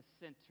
center